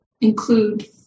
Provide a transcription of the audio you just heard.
include